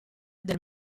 del